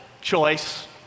choice